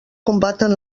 combaten